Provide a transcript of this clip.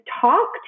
talk